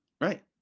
Right